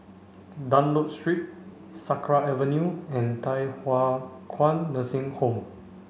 Dunlop Street Sakra Avenue and Thye Hua Kwan Nursing Home